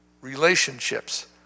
relationships